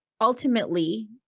ultimately